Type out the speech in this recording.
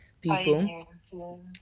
people